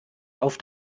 auf